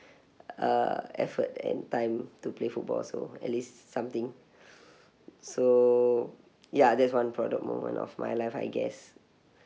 uh effort and time to play football so at least something so ya that's one prouder moment of my life I guess